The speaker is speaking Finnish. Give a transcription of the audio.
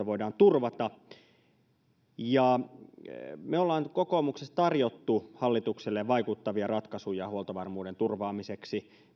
voidaan turvata me olemme kokoomuksessa tarjonneet hallitukselle vaikuttavia ratkaisuja huoltovarmuuden turvaamiseksi